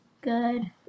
Good